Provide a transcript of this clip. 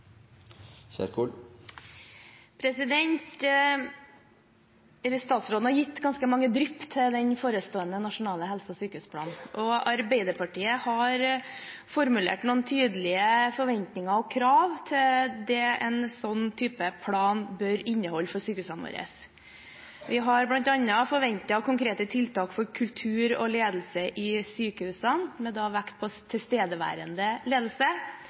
Statsråden har gitt ganske mange drypp til den forestående nasjonale helse- og sykehusplanen, og Arbeiderpartiet har formulert noen tydelige forventninger og krav til det en sånn type plan bør inneholde for sykehusene våre. Vi har bl.a. forventet konkrete tiltak for kultur og ledelse i sykehusene, med vekt på tilstedeværende ledelse,